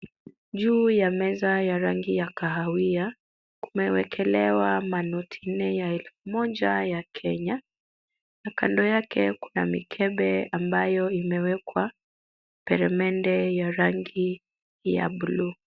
Juu ya meza ya rangi ya kahawia kumewekelewa manoti nne ya elfu moja ya Kenya na kando yake kuna mikebe ambayo imewekwa peremende ya rangi ya blue .